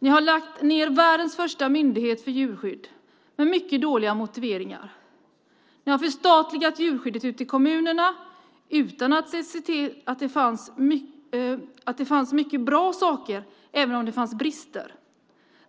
Ni har lagt ned världens första myndighet för djurskydd med mycket dåliga motiveringar. Ni har förstatligat djurskyddet ute i kommunerna utan att se att det fanns många bra saker, även om det fanns brister.